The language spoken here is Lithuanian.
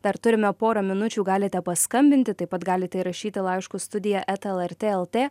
dar turime porą minučių galite paskambinti taip pat galite rašyti laiškus studija eta lrt lt